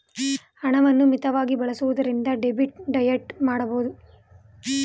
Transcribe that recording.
ಹಣವನ್ನು ಮಿತವಾಗಿ ಬಳಸುವುದರಿಂದ ಡೆಬಿಟ್ ಡಯಟ್ ಮಾಡಬಹುದು